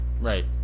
right